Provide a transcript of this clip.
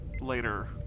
later